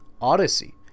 Odyssey